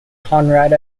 conrad